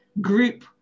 group